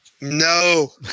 No